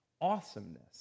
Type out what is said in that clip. awesomeness